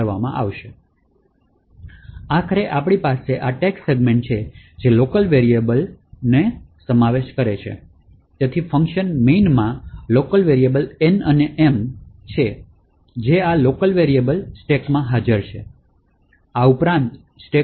તેથી આખરે આપણી પાસે આ text સેગમેન્ટ છે જે લોકલ વેરિએબલ સમાવેશ કરે છે તેથી ફંક્શન main માં લોકલ વેરિએબલ N અને M છે તેથી આ લોકલ વેરિએબલ સ્ટેકમાં હાજર છે તેથી આ ઉપરાંત સ્ટેકમાં વિવિધ પાસાઓ પણ શામેલ છે